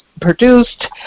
produced